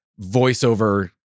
voiceover